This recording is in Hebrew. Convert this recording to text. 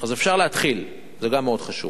אז אפשר להתחיל, זה גם מאוד חשוב.